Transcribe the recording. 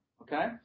Okay